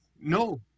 No